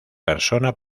persona